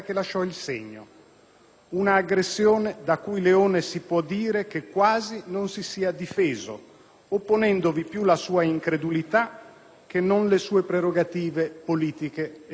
un'aggressione da cui Leone si può dire che quasi non si sia difeso, opponendovi più la sua incredulità, che non le sue prerogative politiche e presidenziali.